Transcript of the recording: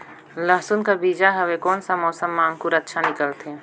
लसुन कर बीजा हवे कोन सा मौसम मां अंकुर अच्छा निकलथे?